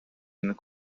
and